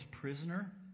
prisoner